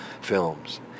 Films